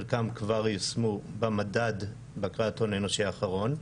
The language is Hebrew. חלקם כבר יושמו במדד בקרת הון אנושי האחרון.